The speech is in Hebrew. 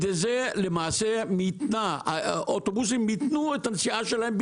ואז אוטובוסים ביטלו את הנסיעה שלהם,